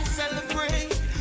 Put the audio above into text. Celebrate